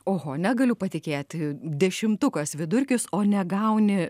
oho negaliu patikėti dešimtukas vidurkis o negauni